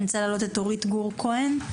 אני רוצה להעלות את אורית גור כהן,